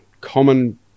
common